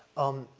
um,